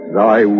thy